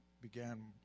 began